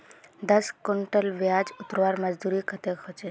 दस कुंटल प्याज उतरवार मजदूरी कतेक होचए?